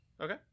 Okay